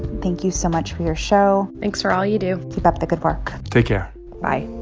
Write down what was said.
thank you so much for your show thanks for all you do keep up the good work take care bye oh,